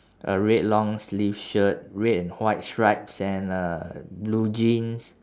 a red long sleeve shirt red and white stripes and uh blue jeans